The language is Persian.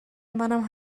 منم